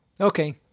okay